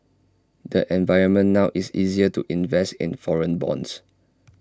the environment now is easier to invest in foreign bonds